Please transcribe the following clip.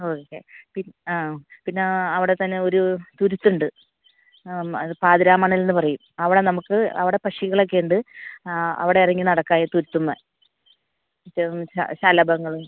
okay പി ആ പിന്നെ അവിടെത്തന്നെ ഒരു തുരുത്തുണ്ട് അത് പാതിരാമണൽ എന്ന് പറയും അവിടെ നമുക്ക് അവിടെ പക്ഷികളൊക്കെ ഉണ്ട് അവിടെ ഇറങ്ങി നടക്കാം ഈ തുരുത്തുമ്മേൽ ഇത് ശ ശലഭങ്ങൾ